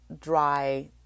dry